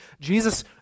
Jesus